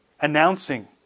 announcing